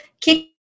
kick